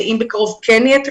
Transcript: אם בקרוב כן יהיה תקציב,